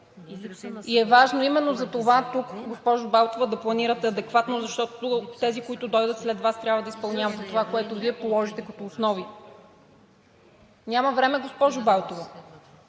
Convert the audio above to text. Важно е именно за това тук, госпожо Балтова, да планирате адекватно, защото тези, които дойдат след Вас, трябва да изпълняват това, което Вие положите като основи. Няма време, госпожо Балтова!